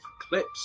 clips